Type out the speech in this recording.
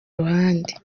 ruhande